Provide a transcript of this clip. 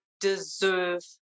deserve